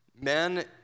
Men